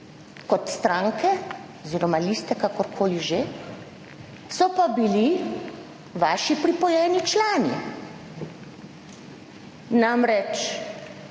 kot stranke oziroma liste, kakorkoli že, so pa bili vaši pripojeni člani. Namreč,